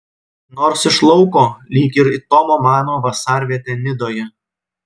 nors iš lauko lyg ir į tomo mano vasarvietę nidoje